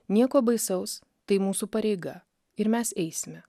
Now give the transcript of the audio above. nieko baisaus tai mūsų pareiga ir mes eisime